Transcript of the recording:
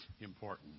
important